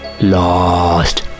Lost